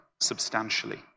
substantially